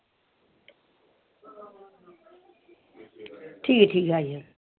ठीक ऐ ठीक ऐ आई जाएओ